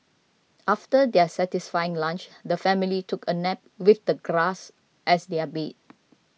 after their satisfying lunch the family took a nap with the grass as their bed